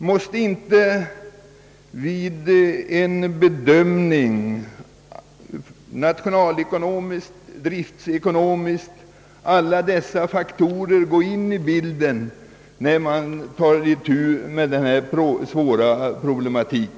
Måste inte alla dessa faktorer komma med i bilden vid en nationalekonomisk och driftekonomisk bedömning av denna problematik?